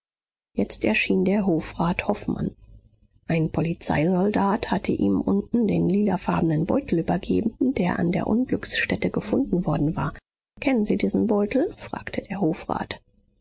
jetzt erschien der hofrat hofmann ein polizeisoldat hatte ihm unten den lilafarbenen beutel übergeben der an der unglücksstätte gefunden worden war kennen sie diesen beutel fragte der hofrat